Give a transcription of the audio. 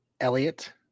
Elliot